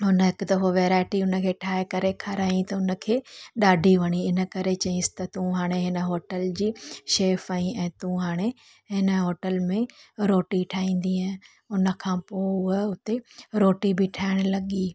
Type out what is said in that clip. हुन हिक दफ़ो वैराइटी हुनखे ठाहे करे खारायांई त उनखे ॾाढी वणी इन करे चयांइसि त तूं हाणे हिन होटल जी शैफ़ आईं ऐं तूं हाणे हिन होटल में रोटी ठाहींदीअ उनखां पोइ उहा उते रोटी बि ठाहिणु लॻी